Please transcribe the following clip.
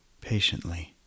patiently